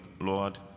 Lord